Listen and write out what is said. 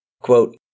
quote